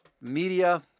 media